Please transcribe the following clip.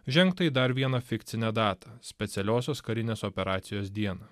žengta į dar vieną fikcinę datą specialiosios karinės operacijos diena